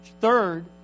Third